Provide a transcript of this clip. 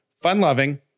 fun-loving